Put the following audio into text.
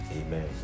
amen